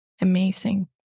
amazing